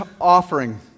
offering